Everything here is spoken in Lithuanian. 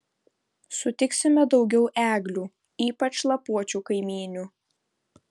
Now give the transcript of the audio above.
sutiksime daugiau eglių ypač lapuočių kaimynių